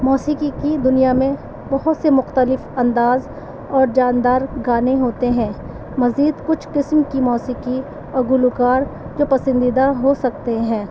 موسیقی کی دنیا میں بہت سے مختلف انداز اور جاندار گانے ہوتے ہیں مزید کچھ قسم کی موسیقی اور گلوکار جو پسندیدہ ہو سکتے ہیں